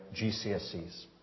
GCSEs